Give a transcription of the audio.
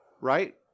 right